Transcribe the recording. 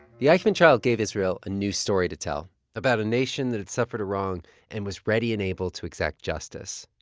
the eichmann trial gave israel a new story to tell about a nation that had suffered a wrong and was ready and able to exact justice.